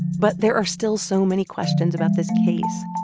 but there are still so many questions about this case.